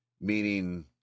meaning